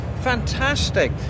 Fantastic